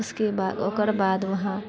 खुश्की बाग ओकर बाद वहाँ ट्रेन पकड़तिऐ